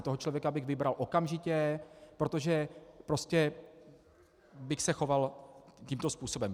Toho člověka bych vybral okamžitě, protože prostě bych se choval tímto způsobem.